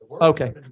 Okay